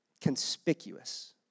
Conspicuous